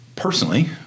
personally